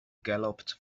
galloped